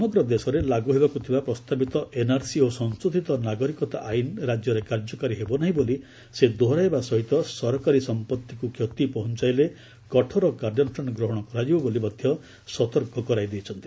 ସମଗ୍ର ଦେଶରେ ଲାଗୁ ହେବାକୁ ଥିବା ପ୍ରସ୍ତାବିତ ଏନ୍ଆର୍ସି ଓ ସଂଶୋଧିତ ନାଗରିକତା ଆଇନ୍ ରାଜ୍ୟରେ କାର୍ଯ୍ୟକାରୀ ହେବ ନାହିଁ ବୋଲି ସେ ଦୋହରାଇବା ସହିତ ସରକାରୀ ସମ୍ପତ୍ତିକୁ କ୍ଷତି ପହଞ୍ଚାଇଲେ କଠୋର କାର୍ଯ୍ୟାନୁଷ୍ଠାନ ଗ୍ରହଣ କରାଯିବ ବୋଲି ମଧ୍ୟ ସତର୍କ କରାଇଦେଇଛନ୍ତି